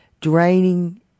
draining